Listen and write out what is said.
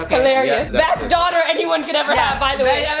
hilarious! best daughter anyone could ever have by the way!